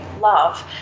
love